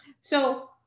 So-